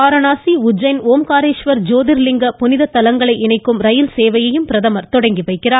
Varanasi Ujjain Omkareshwar Jyotirlinga புனித தலங்களை இணைக்கும் ரயில் சேவையையும் பிரதமர் தொடங்கி வைக்கிறார்